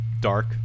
dark